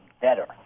better